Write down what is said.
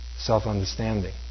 self-understanding